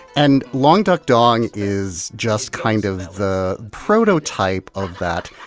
and long duk dong is just kind of the prototype of that,